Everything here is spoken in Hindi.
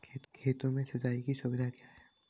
खेती में सिंचाई की सुविधा क्या है?